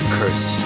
curse